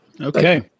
okay